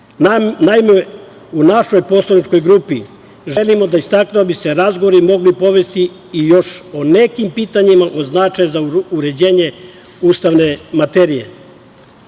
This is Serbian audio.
Naime, u našoj poslaničkoj grupi želimo da istaknemo da bi se razgovorili mogli povesti i još o nekim pitanjima o značaju za uređenje ustavne materije. Tu